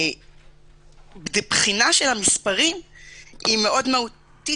הבחינה של המספרים היא מאוד מהותית,